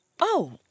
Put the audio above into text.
Oh